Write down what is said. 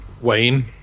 Wayne